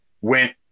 went